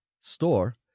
store